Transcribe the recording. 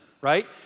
right